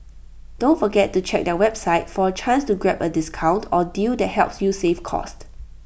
don't forget to check their website for A chance to grab A discount or deal that helps you save cost